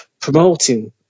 promoting